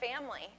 family